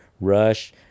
Rush